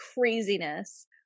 craziness